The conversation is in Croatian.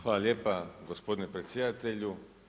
Hvala lijepa gospodine predsjedatelju.